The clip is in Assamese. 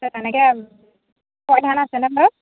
তেনেকৈ খোৱা ধান আছেনে বাৰু